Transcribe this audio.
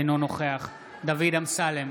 אינו נוכח דוד אמסלם,